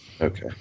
Okay